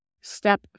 Step